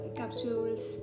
capsules